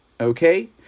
Okay